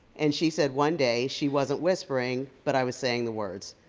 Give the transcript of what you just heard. and she said one day she wasn't whispering but i was saying the words.